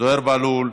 זוהיר בהלול,